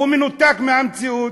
הוא מנותק מהמציאות.